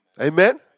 Amen